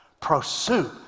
pursue